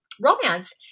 romance